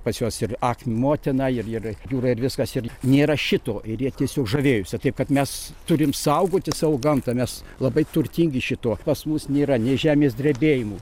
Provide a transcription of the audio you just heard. pas juos ir ak motina ir ir jūra ir viskas ir nėra šito ir jie tiesiog žavėjusio taip kad mes turim saugoti savo gamtą mes labai turtingi šituo pas mus nėra nei žemės drebėjimų